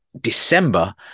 December